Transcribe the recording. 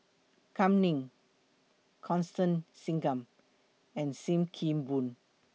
Kam Ning Constance Singam and SIM Kee Boon